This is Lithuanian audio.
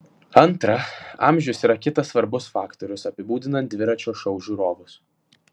antra amžius yra kitas svarbus faktorius apibūdinant dviračio šou žiūrovus